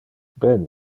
ben